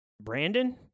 Brandon